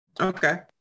Okay